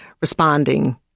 responding